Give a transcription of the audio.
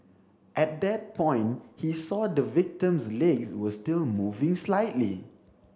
at that point he saw the victim's legs were still moving slightly